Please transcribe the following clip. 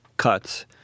cuts